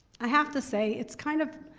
i have to say it's kind of,